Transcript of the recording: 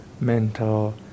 mental